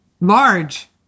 Large